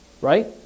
right